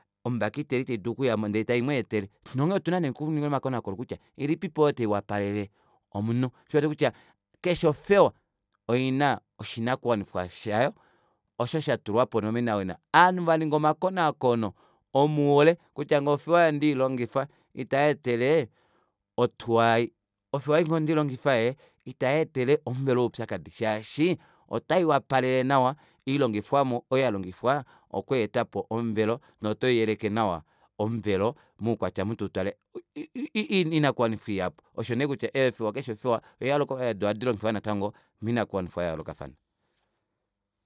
Ombakiteli taidulu okuyamo ndee taimweetele nonghee otuna nee okuninga omakonaakono kutya ilipipo oyo taiwapalele omunhu shoo osho uwete kutya keshe ofewa oina oshinakuwanifwa shayo osho shatulwapo onomenawina ovanhu vaninga omakonaakono omoule kutya ofewa ei ngee ondeilongifa itayeetele otuwa aayi ofewa ei ngee ondeilongifa ee itayeetele omuvelo ou oupyakadi shaashi otai wapalele nawa oilongifwamo oyo yalongifwa okweetapo omuvelo notaiyeleke nawa omuvelo moukwatya omu tutale i- i- i- i- inakuwanifwa ihapu oshonee kutya eefewa keshe ofewa ohailongifwa moinakuwanifwa ya yoolokafana